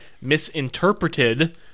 misinterpreted